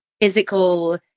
physical